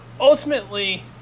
ultimately